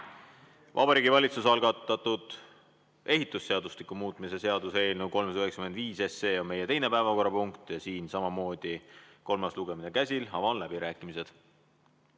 Vabariigi Valitsuse algatatud ehitusseadustiku muutmise seaduse eelnõu 395 on meie teine päevakorrapunkt ja siin on samamoodi kolmas lugemine käsil. Avan läbirääkimised.